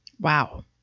Wow